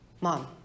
mom